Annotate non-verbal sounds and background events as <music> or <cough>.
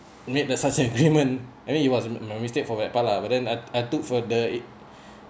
make that such an agreement <laughs> I mean it was my mistake for my part lah but then I I took for the